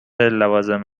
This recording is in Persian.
لوازم